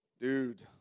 dude